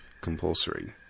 compulsory